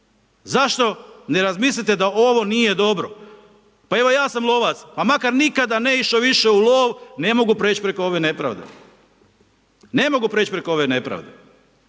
Zašto ne razmislite da ovo nije dobro? Pa evo, ja sam lovac, pa makar nikada ne išao više u lov, ne mogu preći preko ove nepravde. Ne mogu preći preko ove nepravde.